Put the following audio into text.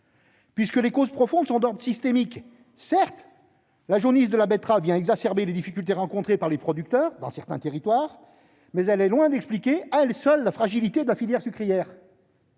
puisque les causes profondes sont d'ordre systémique. Certes, la jaunisse de la betterave exacerbe les difficultés des producteurs dans certains territoires, mais elle est loin d'expliquer à elle seule la fragilité de la filière sucrière.